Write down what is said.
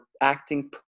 acting